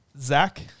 Zach